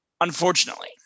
unfortunately